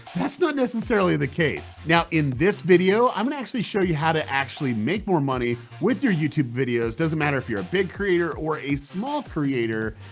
that's not necessarily the case. now, in this video i'm going to actually show you how to actually make more money with your youtube videos. doesn't matter if you're a big creator, or a small creator.